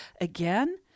Again